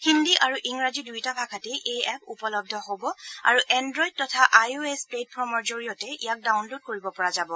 হিন্দী আৰু ইংৰাজী দয়োটা ভাষাতেই এই এপ উপলব্ধ হ'ব আৰু এন্ডুইড তথা আই অ এছ প্লেটফৰ্মৰ জৰিয়তে ইয়াক ডাউনলোড কৰিব পৰা যাব